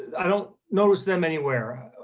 i don't notice them anywhere.